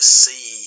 see